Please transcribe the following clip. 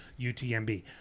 UTMB